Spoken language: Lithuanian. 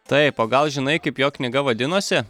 taip o gal žinai kaip jo knyga vadinosi